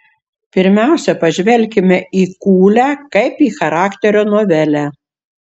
pirmiausia pažvelkime į kūlę kaip į charakterio novelę